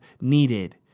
needed